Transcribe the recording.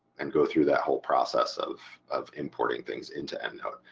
and go through that whole process of of importing things into endnote.